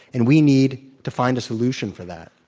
and we need to find a solution for that.